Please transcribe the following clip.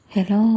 Hello